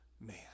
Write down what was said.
man